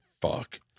fuck